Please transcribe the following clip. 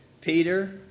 Peter